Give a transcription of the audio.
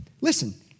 Listen